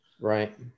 right